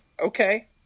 okay